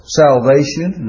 salvation